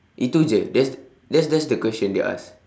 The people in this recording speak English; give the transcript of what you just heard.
itu jer that's that's that's the question they ask